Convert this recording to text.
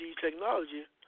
technology